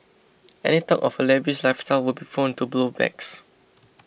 any talk of her lavish lifestyle would be prone to blow backs